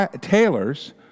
tailors